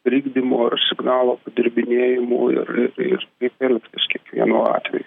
trikdymų ar signalo padirbinėjimų ir ir ir kaip elgtis kiekvienu atveju